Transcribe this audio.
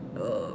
uh